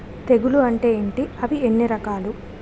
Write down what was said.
తెగులు అంటే ఏంటి అవి ఎన్ని రకాలు?